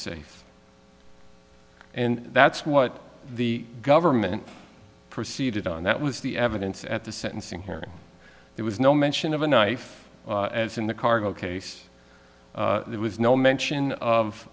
safe and that's what the government proceeded on that was the evidence at the sentencing hearing there was no mention of a knife as in the cargo case there was no mention